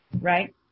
Right